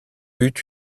eut